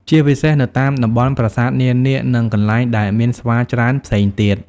ជាពិសេស នៅតាមតំបន់ប្រាសាទនានា និងកន្លែងដែលមានស្វាច្រើនផ្សេងទៀត។